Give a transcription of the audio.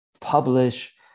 publish